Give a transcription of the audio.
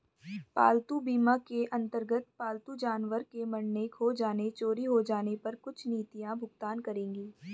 पालतू बीमा के अंतर्गत पालतू जानवर के मरने, खो जाने, चोरी हो जाने पर कुछ नीतियां भुगतान करेंगी